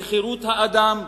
בחירות האדם,